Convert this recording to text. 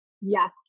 yes